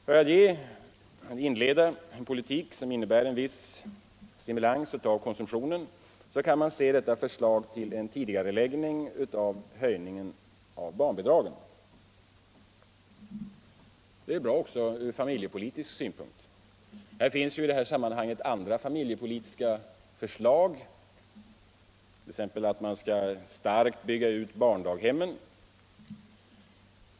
Förslaget att tidigarelägga höjningen av barnbidraget skall ses mot den bakgrunden. Det ger en stimulans åt konsumtionen och det är bra också ur familjepolitisk synpunkt. Det finns även andra familjepolitiska förslag i sammanhanget, t.ex. att starkt bygga ut barndaghemmen.